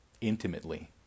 intimately